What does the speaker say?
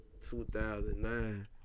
2009